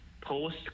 post